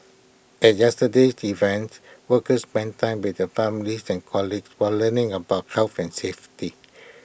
at yesterday's events workers spent time with their families and colleagues while learning about health and safety